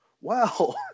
wow